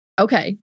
Okay